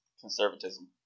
conservatism